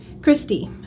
Christy